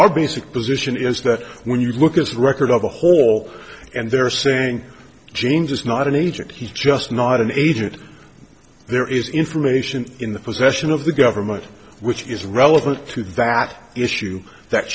our basic position is that when you look at the record of a whole and they're saying genes is not an agent he's just not an agent there is information in the possession of the government which is relevant to that issue that